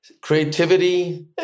Creativity